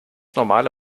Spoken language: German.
normale